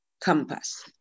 compass